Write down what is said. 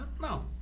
No